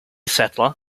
settler